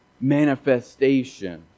Manifestation